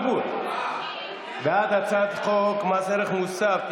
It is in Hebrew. תודה רבה, אדוני היושב-ראש.